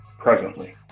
presently